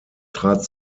trat